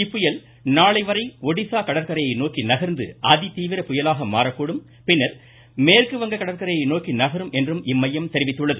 இப்புயல் நாளை வரை ஒடிசா கடற்கரையை நோக்கி நகா்ந்து அதி தீவிர புயலாக மாறக்கூடும் பின்னர் மேற்கு வங்க கடற்கரையை நோக்கி நகரும் என்றும் இம்மையம் தெரிவித்துள்ளது